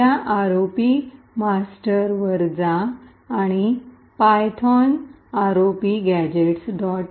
या ROP gadget master वर जा आणि पायथान आर ओपीगैजट